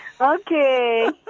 okay